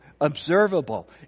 observable